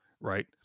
Right